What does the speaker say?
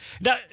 Now